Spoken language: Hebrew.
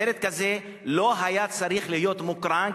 סרט כזה לא היה צריך להיות מוקרן,